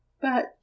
But